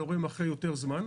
אלא רואים אחרי יותר זמן.